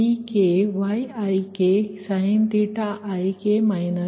ಇದು ಸಮೀಕರಣ 69